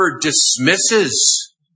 dismisses